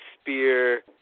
spear